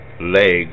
leg